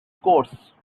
course